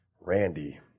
Randy